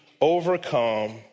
overcome